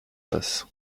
passe